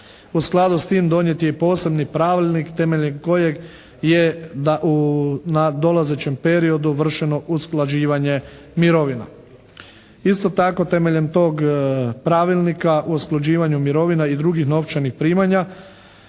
U skladu s tim donijet je i posebni pravilnik temeljem kojeg je nadolazećem periodu vršeno usklađivanje mirovina. Isto tako temeljem tog Pravilnika o usklađivanju mirovina i drugih novčanih primanja,